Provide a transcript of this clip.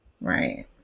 Right